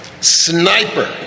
Sniper